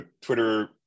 Twitter